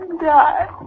die